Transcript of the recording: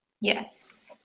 Yes